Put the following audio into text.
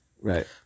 Right